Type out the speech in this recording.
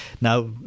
Now